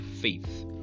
faith